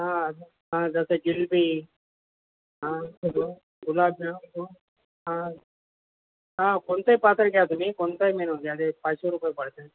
हा हा जसं जिलेबी ह गुलाबजाम ह हा कोणत्याही पात्र घ्या तुम्ही कोणताही मेनू घ्या ते पाचशे रुपये पडते